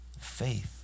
Faith